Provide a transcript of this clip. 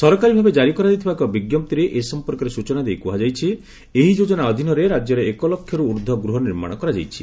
ସରକାରୀଭାବେ ଜାରି କରାଯାଇଥିବା ଏକ ବିଜ୍ଞପ୍ତିରେ ଏ ସମ୍ପର୍କରେ ସ୍ଟୁଚନା ଦେଇ କୁହାଯାଇଛି ଏହି ଯୋଜନା ଅଧୀନରେ ରାଜ୍ୟରେ ଏକଲକ୍ଷରୁ ଉର୍ଦ୍ଧ୍ୱ ଗୃହ ନିର୍ମାଣ କରାଯାଇଛି